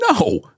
No